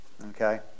Okay